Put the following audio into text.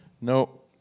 no